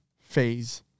Phase